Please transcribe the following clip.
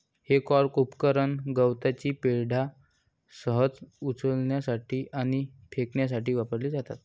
हे फोर्क उपकरण गवताची पेंढा सहज उचलण्यासाठी आणि फेकण्यासाठी वापरली जातात